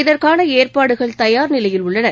இதற்கான ஏற்பாடுகள் தயார் நிலையில் உள்ளன